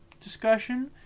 discussion